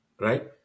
right